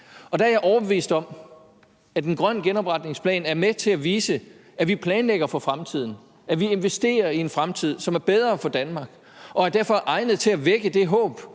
Der er jeg overbevist om, at en grøn genopretningsplan er med til at vise, at vi planlægger for fremtiden, at vi investerer i en fremtid, som er bedre for Danmark, og som derfor er egnet til at vække det håb,